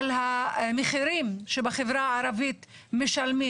על המחירים שבחברה הערבית משלמים,